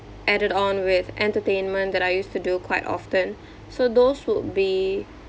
added on with entertainment that I used to do quite often so those would be